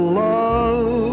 love